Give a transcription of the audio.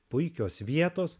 puikios vietos